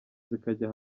zikajya